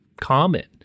common